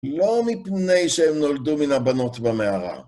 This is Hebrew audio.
לא מפני שהם נולדו מן הבנות במערה.